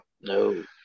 No